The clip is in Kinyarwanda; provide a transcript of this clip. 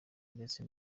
ndetse